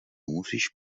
musíš